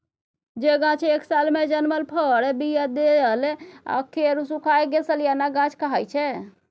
जे गाछ एक सालमे जनमल फर, बीया देलक आ फेर सुखाए गेल सलियाना गाछ कहाइ छै